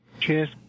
Cheers